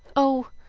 oh,